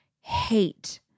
hate